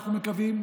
אנחנו מקווים,